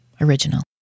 original